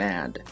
Mad